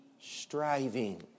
striving